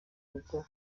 kuko